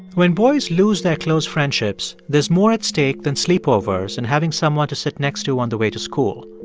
when boys lose their close friendships, there's more at stake than sleepovers and having someone to sit next to on the way to school.